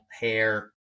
hair